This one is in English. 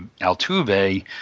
Altuve